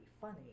funny